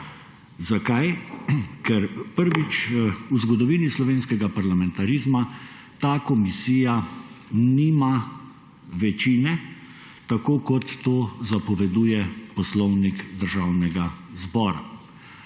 Zakaj? Ker prvič v zgodovini slovenskega parlamentarizma ta komisija nima večine, tako kot to zapoveduje Poslovnik Državnega zbora.